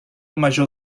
major